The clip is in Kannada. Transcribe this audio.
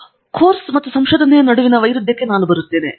ಹಾಗಾಗಿ ಕೋರ್ಸ್ ಮತ್ತು ಸಂಶೋಧನೆಯ ನಡುವಿನ ಈ ವೈರುಧ್ಯಕ್ಕೆ ನಾನು ಬರುತ್ತೇನೆ